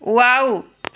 wow